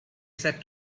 set